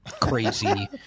crazy